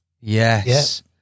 Yes